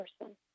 person